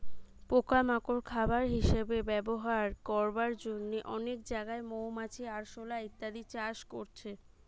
পোকা মাকড় খাবার হিসাবে ব্যবহার করবার জন্যে অনেক জাগায় মৌমাছি, আরশোলা ইত্যাদি চাষ করছে